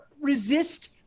resist